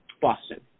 Boston